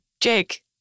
Jake